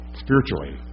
spiritually